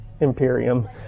Imperium